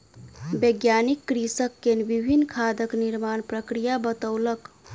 वैज्ञानिक कृषक के विभिन्न खादक निर्माण प्रक्रिया बतौलक